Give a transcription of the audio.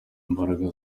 imbaraga